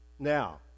Now